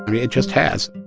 but it just has